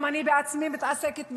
גם אני בעצמי מתעסקת בזה,